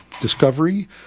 discovery